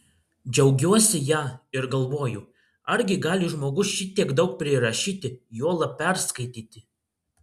džiaugiuosi ja ir galvoju argi gali žmogus šitiek daug prirašyti juolab perskaityti